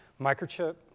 Microchip